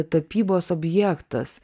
tapybos objektas